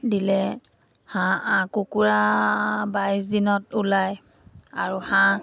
দিলে হাঁহ কুকুৰা বাইছ দিনত ওলায় আৰু হাঁহ